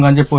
गांजे पो